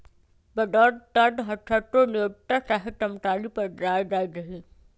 payroll कर हरसठ्ठो नियोक्ता चाहे कर्मचारी पर लगायल जाइ छइ